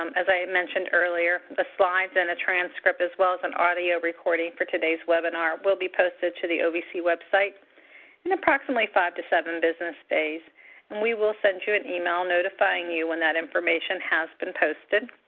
um as i mentioned earlier, the slides and the transcript, as well as an audio recording for today's webinar will be posted to the ovc website in approximate five to seven business days and we will send you an email notifying you when that information has been posted.